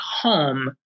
home